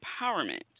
empowerment